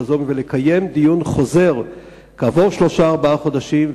ולקיים דיון חוזר כעבור שלושה-ארבעה חודשים,